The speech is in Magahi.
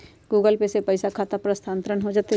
गूगल पे से पईसा खाता पर स्थानानंतर हो जतई?